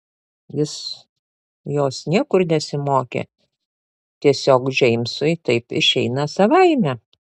jis jos niekur nesimokė tiesiog džeimsui taip išeina savaime